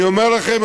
אני אומר לכם,